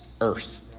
earth